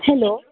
hello